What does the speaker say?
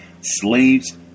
Slaves